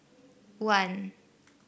one